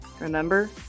remember